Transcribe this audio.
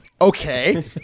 Okay